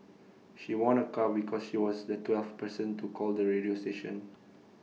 she won A car because she was the twelfth person to call the radio station